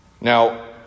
Now